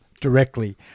directly